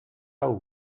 hau